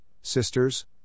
sisters